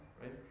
right